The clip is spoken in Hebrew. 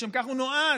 לשם כך הוא נועד.